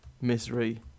Misery